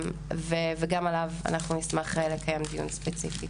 וגם עליו אנחנו נשמח לקיים דיון ספציפי.